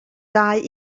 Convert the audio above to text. dau